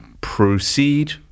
proceed